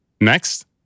Next